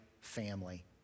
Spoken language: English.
family